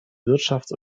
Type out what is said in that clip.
wirtschafts